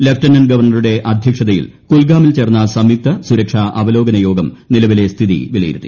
lieutenant ക്രൂർണറുടെ അധ്യക്ഷതയിൽ കുൽഗാമിൽ ചേർന്ന സ്ക്ട്യൂക്ത സുരക്ഷാ അവലോകന യോഗം നിലവിലെ സ്ഥിത്യ് വിലയിരുത്തി